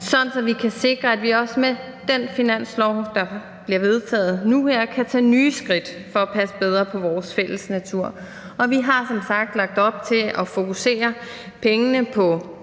at vi kan sikre, at vi også med den finanslov, der bliver vedtaget nu her, kan tage nye skridt for at passe bedre på vores fælles natur. Og vi har som sagt lagt op til at fokusere pengene på